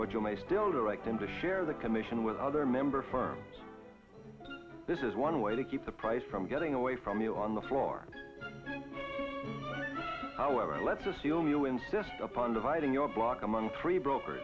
but you may still direct him to share the commission with other member firms this is one way to keep the price from getting away from you on the floor however let's assume you insist upon dividing your block among three broker